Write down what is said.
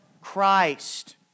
Christ